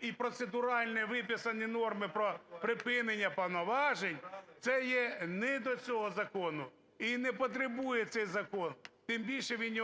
і процедуральні виписані норми про припинення повноважень, це є не до цього закону і не потребує цей закон, тим більше він…